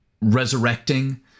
resurrecting